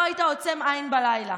לא היית עוצם עין בלילה.